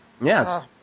Yes